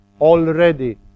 already